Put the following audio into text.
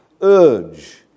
urge